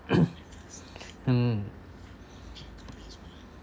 mm